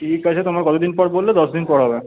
ঠিক আছে তোমার কতদিন পর বললে দশ দিন পর হবে